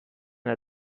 der